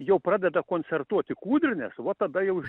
jau pradeda koncertuoti kūdrinės va tada jau